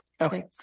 Okay